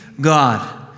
God